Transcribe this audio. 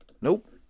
Nope